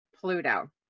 Pluto